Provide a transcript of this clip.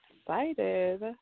excited